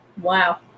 Wow